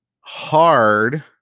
hard